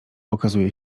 okazuje